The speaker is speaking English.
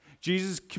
Jesus